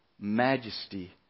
majesty